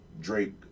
Drake